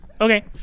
Okay